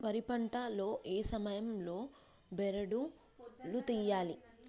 వరి పంట లో ఏ సమయం లో బెరడు లు తియ్యాలి?